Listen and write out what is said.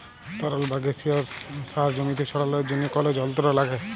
তরল বা গাসিয়াস সার জমিতে ছড়ালর জন্হে কল যন্ত্র লাগে